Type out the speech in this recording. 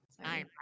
Hi